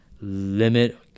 limit